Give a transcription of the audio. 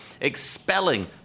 expelling